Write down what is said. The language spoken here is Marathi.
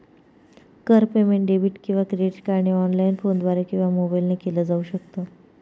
कर पेमेंट डेबिट किंवा क्रेडिट कार्डने ऑनलाइन, फोनद्वारे किंवा मोबाईल ने केल जाऊ शकत